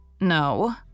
No